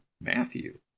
Matthew